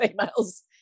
females